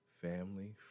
family